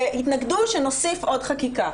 והתנגדו שנוסיף עוד חקיקה.